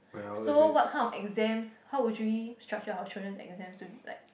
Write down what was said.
so what kind of exams how would we structure our children exams to be like